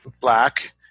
black